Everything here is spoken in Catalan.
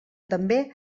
també